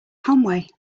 conway